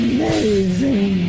Amazing